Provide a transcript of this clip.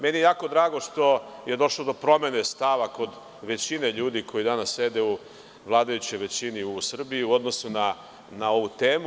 Meni je jako drago što je došlo do promene stava kod većine ljudi koji danas sede u vladajućoj većini u Srbiji u odnosu na ovu temu.